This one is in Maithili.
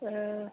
आ